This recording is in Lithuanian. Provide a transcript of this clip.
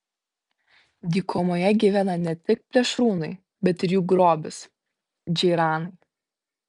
dykumoje gyvena ne tik plėšrūnai bet ir jų grobis džeiranai